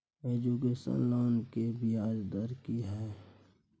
Education loan के ब्याज दर की हय?